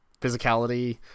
physicality